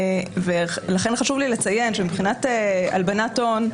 לכן חשוב לי לציין שמבחינת הלבנת הון,